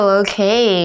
okay